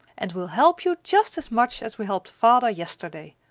and we'll help you just as much as we helped father yesterday.